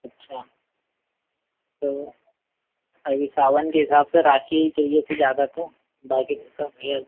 अच्छा तो अभी सावन के हिसाब से राखी ही चाहिए थी ज़्यादा तो बाकी तो सब है अभी